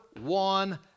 one